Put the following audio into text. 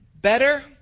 better